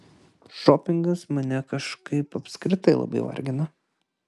šopingas mane kažkaip apskritai labai vargina